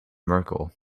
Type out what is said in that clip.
merkel